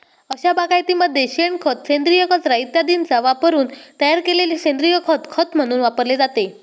अशा बागायतीमध्ये शेणखत, सेंद्रिय कचरा इत्यादींचा वापरून तयार केलेले सेंद्रिय खत खत म्हणून वापरले जाते